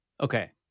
Okay